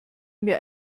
mir